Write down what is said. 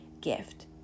gift